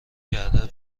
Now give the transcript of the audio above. کرده